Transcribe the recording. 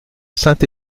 saint